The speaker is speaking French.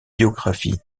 biographies